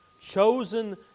chosen